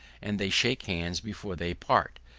and they shake hands before they part.